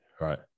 right